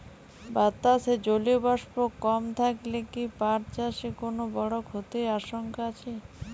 বাতাসে জলীয় বাষ্প কম থাকলে কি পাট চাষে কোনো বড় ক্ষতির আশঙ্কা আছে?